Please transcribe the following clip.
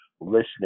listening